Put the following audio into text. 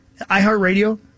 iHeartRadio